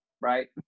Right